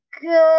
good